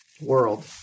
world